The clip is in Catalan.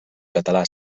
català